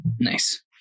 Nice